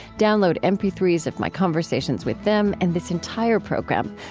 download m p three s of my conversations with them and this entire program.